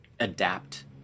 adapt